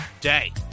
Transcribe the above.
day